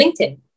LinkedIn